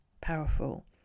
powerful